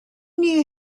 knew